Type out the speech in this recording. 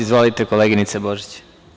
Izvolite, koleginice Božić.